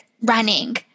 running